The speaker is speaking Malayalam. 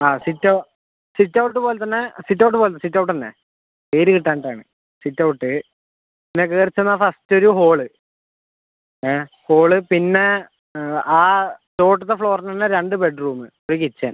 ആ സിറ്റ് ഔട്ട് സിറ്റ് ഔട്ട് പോലെത്തന്നെ സിറ്റ് ഔട്ട് പോലെ സിറ്റ് ഔട്ട്തന്നെ പേര് കിട്ടാഞ്ഞിട്ടാണ് സിറ്റ് ഔട്ട് പിന്നെ കയറി ചെന്നാൽ ഫസ്റ്റ് ഒരു ഹോള് ഏഹ് ഹോള് പിന്നെ ആ ചുവട്ടിലത്തെ ഫ്ലോറിൽ തന്നെ രണ്ട് ബെഡ്റൂം ഒര് കിച്ചൺ